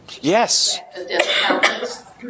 Yes